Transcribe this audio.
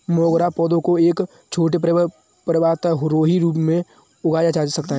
मोगरा पौधा को एक छोटे पर्वतारोही के रूप में भी उगाया जा सकता है